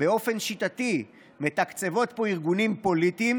באופן שיטתי מתקצבות פה ארגונים פוליטיים,